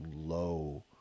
low